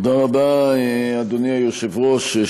תודה רבה, אדוני היושב-ראש.